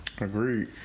agreed